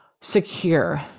secure